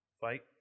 fight